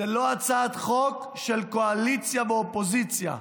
היא לא הצעת חוק של קואליציה ואופוזיציה.